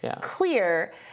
clear